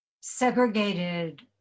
segregated